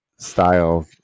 Style